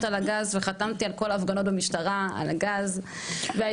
על הגז וחתמתי על כל ההפגנות במשטרה,